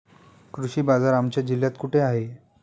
कृषी बाजार आमच्या जिल्ह्यात कुठे आहे?